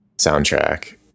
soundtrack